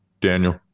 Daniel